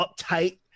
uptight